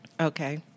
Okay